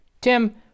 Tim